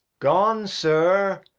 gone, sir,